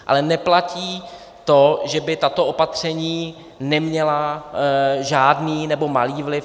Ale neplatí to, že by tato opatření neměla žádný nebo malý vliv.